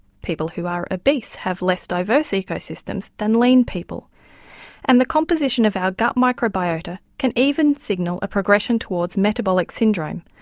people who are obese have less diverse ecosystems than lean people and the composition of our gut microbiota can even signal a progression towards metabolic syndrome,